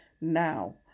Now